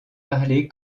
parler